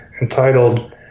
entitled